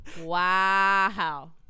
Wow